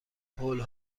هول